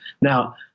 Now